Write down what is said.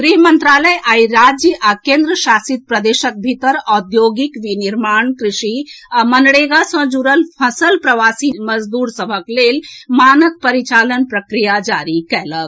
गृह मंत्रालय आइ राज्य आ केन्द्र शासित प्रदेशक भीतर औद्योगिक विनिर्माण कृषि आ मनरेगा सँ जुड़ल फंसल प्रवासी मजदूर सभक लेल मानक परिचालन प्रक्रिया जारी कएलक